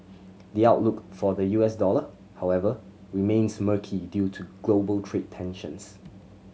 the outlook for the U S dollar however remains murky due to global trade tensions